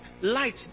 light